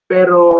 Pero